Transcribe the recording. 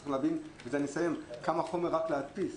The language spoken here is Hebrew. צריך להבין בזה אני אסיים כמה חומר יש רק להדפיס.